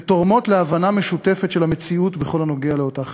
ותורמות להבנה משותפת של המציאות בכל הנוגע לאותה חברה.